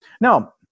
Now